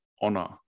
honor